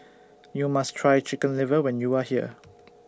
YOU must Try Chicken Liver when YOU Are here